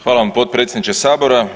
Hvala vam potpredsjedniče sabora.